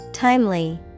Timely